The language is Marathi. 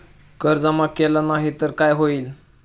कर जमा केला नाही तर काय होईल?